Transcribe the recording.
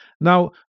now